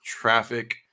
traffic